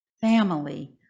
Family